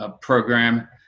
program